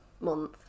month